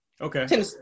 Okay